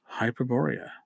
Hyperborea